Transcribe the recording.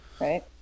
Right